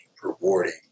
rewarding